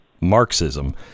Marxism